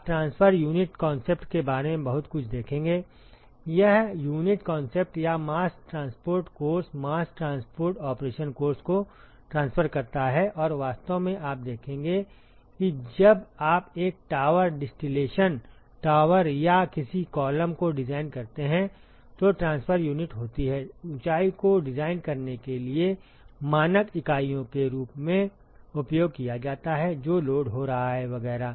आप transfer unit concept के बारे में बहुत कुछ देखेंगे यह यूनिट कॉन्सेप्ट या mass transport course mass transport operation course को ट्रांसफर करता है और वास्तव में आप देखेंगे कि जब आप एक टॉवर डिस्टिलेशन टॉवर या किसी कॉलम को डिजाइन करते हैं तो ट्रांसफर यूनिट होती है ऊंचाई को डिजाइन करने के लिए मानक इकाइयों के रूप में उपयोग किया जाता है जो लोड हो रहा है वगैरह